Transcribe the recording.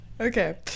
okay